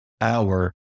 hour